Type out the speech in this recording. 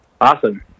Awesome